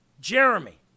Jeremy